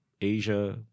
Asia